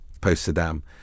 post-Saddam